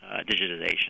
digitization